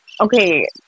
Okay